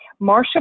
Marsha